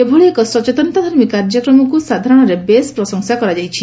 ଏଭଳି ଏକ ସଚେତନତାଧର୍ମୀ କାର୍ଯ୍ୟକ୍ରମକୁ ସାଧାରଣରେ ବେଶ୍ ପ୍ରଶଂସା କରାଯାଇଛି